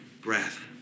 breath